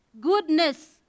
Goodness